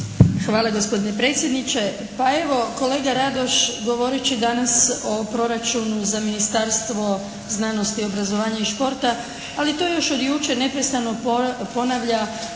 Hvala gospodine predsjedniče. Pa evo kolega Radoš govoreći danas o proračunu za Ministarstvo znanosti, obrazovanja i športa, ali to je još od jučer neprestano ponavlja